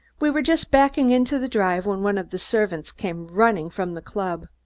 we were just backing into the drive when one of the servants came running from the club.